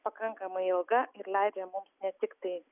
pakankamai ilga ir leidžia mums ne tiktai